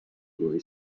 boy